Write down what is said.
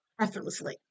effortlessly